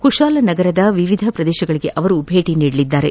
ಕುತಾಲನಗರದ ವಿವಿಧ ಪ್ರದೇಶಗಳಿಗೆ ಅವರು ಭೇಟಿ ನೀಡಲಿದ್ದಾರೆ